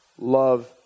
love